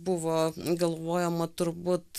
buvo galvojama turbūt